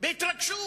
בהתרגשות,